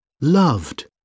Loved